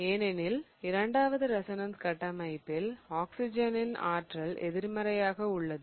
ஏனென்றால் இரண்டாவது ரெசோனன்ஸ் கட்டமைப்பில் ஆக்சிஜனின் ஆற்றல் எதிர்மறையாக உள்ளது